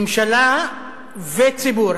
ממשלה וציבור.